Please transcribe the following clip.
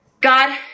God